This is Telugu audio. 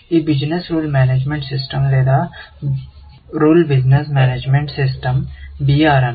ఈ బిజినెస్ రూల్ మేనేజ్మెంట్ సిస్టమ్ లేదా బిజినెస్ రూల్ మేనేజ్మెంట్ సిస్టమ్ మీకు తెలుసు BRMS